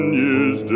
years